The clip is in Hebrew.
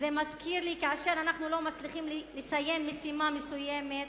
זה מזכיר לי שכאשר אנחנו לא מצליחים לסיים משימה מסוימת,